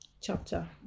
chapter